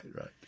right